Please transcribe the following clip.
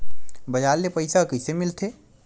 बजार ले पईसा कइसे मिलथे?